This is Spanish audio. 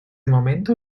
momento